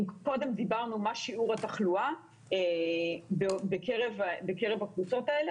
אם קודם דיברנו על מה שיעור התחלואה בקרב הקבוצות האלה,